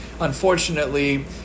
Unfortunately